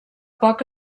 poc